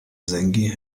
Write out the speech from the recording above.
zengi